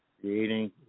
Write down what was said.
creating